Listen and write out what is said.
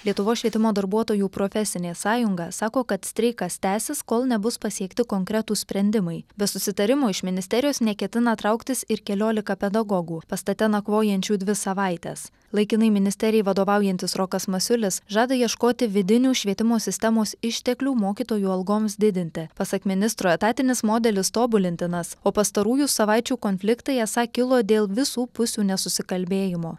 lietuvos švietimo darbuotojų profesinė sąjunga sako kad streikas tęsis kol nebus pasiekti konkretūs sprendimai be susitarimo iš ministerijos neketina trauktis ir keliolika pedagogų pastate nakvojančių dvi savaites laikinai ministerijai vadovaujantis rokas masiulis žada ieškoti vidinių švietimo sistemos išteklių mokytojų algoms didinti pasak ministro etatinis modelis tobulintinas o pastarųjų savaičių konfliktai esą kilo dėl visų pusių nesusikalbėjimo